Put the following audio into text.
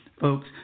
Folks